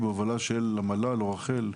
בהובלה של המל"ל או רח"ל.